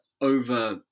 over